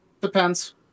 Depends